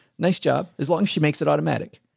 nice job. as long as she makes it automatic.